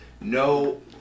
no